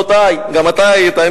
גם אנחנו גם אתה היית.